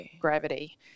gravity